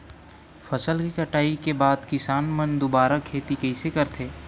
फसल के कटाई के बाद किसान मन दुबारा खेती कइसे करथे?